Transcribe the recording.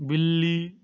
ਬਿੱਲੀ